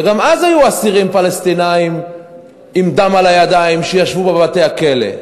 וגם אז היו אסירים פלסטינים עם דם על הידיים שישבו בבתי-הכלא.